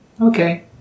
Okay